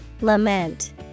Lament